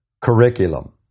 Curriculum